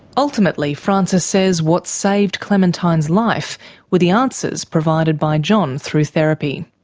ultimately, francis says, what saved clementine's life were the answers provided by john through therapy.